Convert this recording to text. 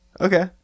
Okay